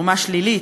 תרומה שלילית,